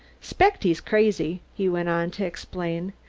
spect he's crazy, he went on to explain.